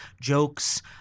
jokes